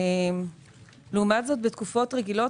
לעומת זה בתקופות רגילות,